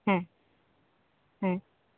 হ্যাঁ হ্যাঁ